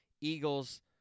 Eagles